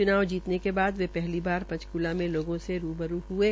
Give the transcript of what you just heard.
चुनाव जीतने के बाद वे पहली बार पंचकला में लोगों से रूबरू हये